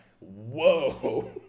Whoa